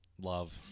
Love